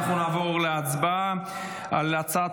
נעבור להצבעה בקריאה הראשונה על הצעת